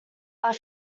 are